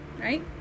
right